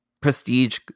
prestige